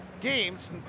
games